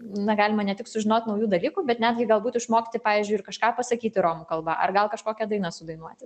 na galima ne tik sužinot naujų dalykų bet netgi galbūt išmokti pavyzdžiui ir kažką pasakyti romų kalba ar gal kažkokią dainą sudainuoti